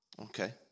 Okay